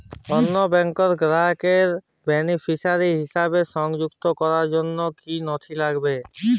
অন্য ব্যাংকের গ্রাহককে বেনিফিসিয়ারি হিসেবে সংযুক্ত করার জন্য কী কী নথি লাগবে?